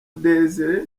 desire